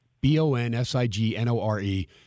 B-O-N-S-I-G-N-O-R-E